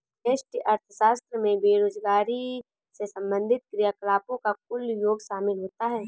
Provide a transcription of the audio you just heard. व्यष्टि अर्थशास्त्र में बेरोजगारी से संबंधित क्रियाकलापों का कुल योग शामिल होता है